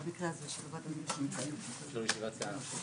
הישיבה נעולה.